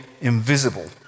invisible